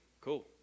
Cool